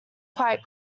quite